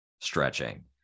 stretching